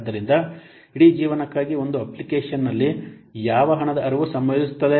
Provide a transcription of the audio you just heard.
ಆದ್ದರಿಂದ ಇಡೀ ಜೀವನಕ್ಕಾಗಿ ಒಂದು ಅಪ್ಲಿಕೇಶನ್ನ ಲ್ಲಿ ಯಾವ ಹಣದ ಹರಿವು ಸಂಭವಿಸುತ್ತದೆ